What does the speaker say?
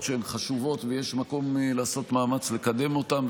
שהן חשובות ויש מקום לעשות מאמץ לקדם אותן,